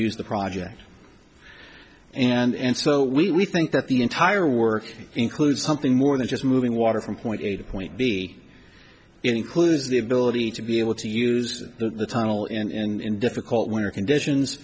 use the project and so we think that the entire work includes something more than just moving water from point a to point b includes the ability to be able to use the tunnel in difficult winter conditions